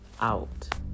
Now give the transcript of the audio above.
out